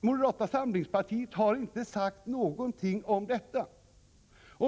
Moderata samlingspartiet har inte sagt någonting om detta.